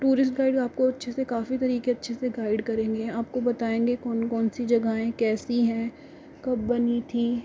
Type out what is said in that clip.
tourist guide आपको अच्छे से काफ़ी तरीके अच्छे से गाइड करेंगे आपको बताएँगे कौन कौन सी जगहें हैं कैसी है कब बनी थी